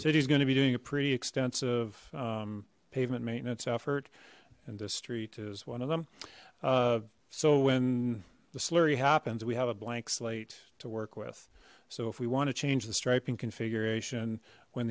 city is going to be doing a pretty extensive pavement maintenance effort and this street is one of them so when the slurry happens we have a blank slate to work with so if we want to change the striping configuration when